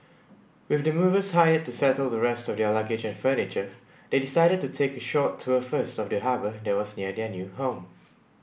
with the movers hired to settle the rest of their luggage and furniture they decided to take a short tour first of the harbour that was near their new home